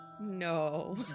No